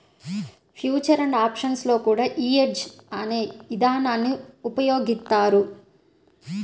future and options లో కూడా యీ హెడ్జ్ అనే ఇదానాన్ని ఉపయోగిత్తారు